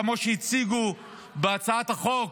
כמו שהציגו בהצעת החוק,